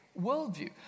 worldview